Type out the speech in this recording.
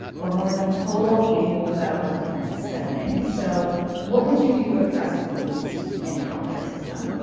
or more than total annual federal defense spending. so what would you do to address waste in the health care system?